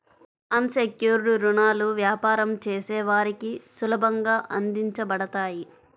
అన్ secured రుణాలు వ్యాపారం చేసే వారికి సులభంగా అందించబడతాయి